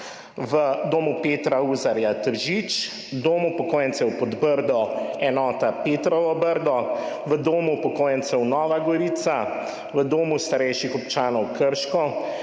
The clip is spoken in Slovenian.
v Domu Petra Uzarja, Tržič; Dom upokojencev Podbrdo, enota Petrovo Brdo; v Domu upokojencev, Nova Gorica; v Domu starejših občanov Krško;